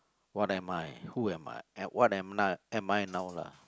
what am I who am I and what am~ am I now lah